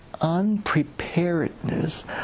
unpreparedness